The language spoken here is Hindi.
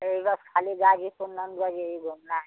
यही बस ख़ाली ग़ाज़ीपुर नंदगंज यही घूमना है